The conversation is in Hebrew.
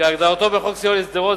כהגדרתו בחוק סיוע לשדרות,